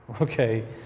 okay